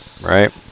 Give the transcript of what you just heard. right